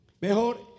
mejor